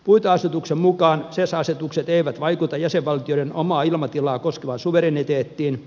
puiteasetuksen mukaan ses asetukset eivät vaikuta jäsenvaltioiden omaa ilmatilaa koskevaan suvereniteettiin